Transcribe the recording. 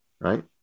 right